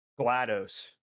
GLaDOS